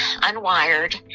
unwired